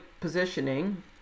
positioning